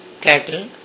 cattle